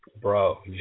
Bro